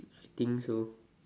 I think so